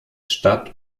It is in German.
statt